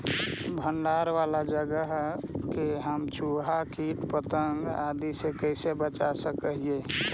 भंडार वाला जगह के हम चुहा, किट पतंग, आदि से कैसे बचा सक हिय?